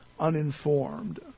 uninformed